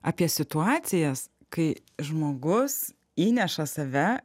apie situacijas kai žmogus įneša save